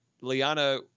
Liana